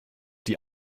die